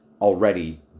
already